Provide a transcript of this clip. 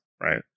right